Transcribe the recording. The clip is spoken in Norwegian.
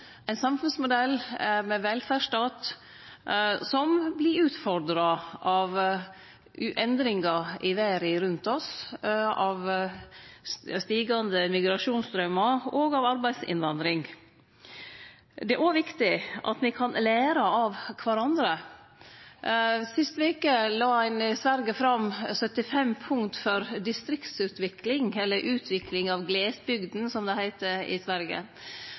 ein samfunnsmodell med ein velferdsstat som vert utfordra av endringar i verda rundt oss, av stigande migrasjonsstraumar og av arbeidsinnvandring. Det er òg viktig at me kan lære av kvarandre. Sist veke la ein i Sverige fram 75 punkt for distriktsutvikling, eller «utvikling av glesbygden», som det heiter i Sverige.